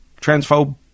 transphobe